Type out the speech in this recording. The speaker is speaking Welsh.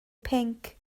pinc